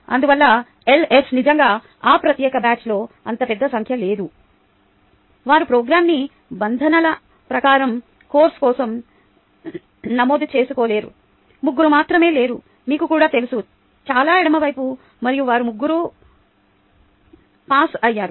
అందువల్ల ఎల్ఎస్ నిజంగా ఈ ప్రత్యేక బ్యాచ్లో అంత పెద్ద సంఖ్యలో లేదు వారు ప్రోగ్రామ్ నిబంధనల ప్రకారం కోర్సు కోసం నమోదు చేసుకోలేరు ముగ్గురు మాత్రమే లేరు మీకు కూడా తెలుసు చాలా ఎడమ వైపున మరియు వారు ముగ్గురు పాస్ అయ్యారు